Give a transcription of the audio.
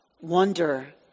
wonder